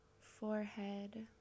forehead